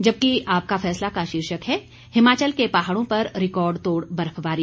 जबकि आपका फैसला का शीर्षक है हिमाचल के पहाड़ों पर रिकार्ड तोड़ बर्फबारी